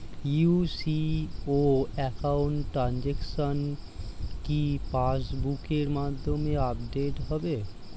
UCO account transaction কি পাস বুকের মধ্যে আপডেট হবে?